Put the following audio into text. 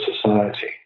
society